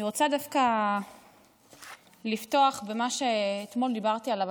רוצה דווקא לפתוח במה שאתמול דיברתי עליו,